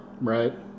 right